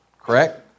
correct